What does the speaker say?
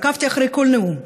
עקבתי אחרי כל נאום,